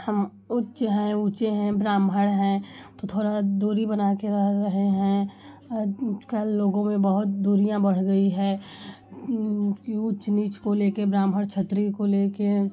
हम उच्च हैं ऊँचे हैं ब्राह्मण हैं तो थोड़ा दूरी बना बना के रह रहे हैं आजकल लोगों में बहुत दूरियाँ बढ़ गई हैं उच्च नीच को लेके ब्राह्मण क्षत्रिय को लेके